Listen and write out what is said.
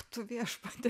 tu viešpatie